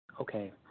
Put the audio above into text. Okay